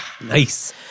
Nice